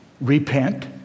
repent